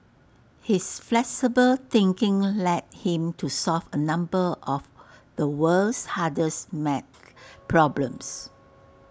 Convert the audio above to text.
his flexible thinking led him to solve A number of the world's hardest math problems